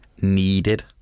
needed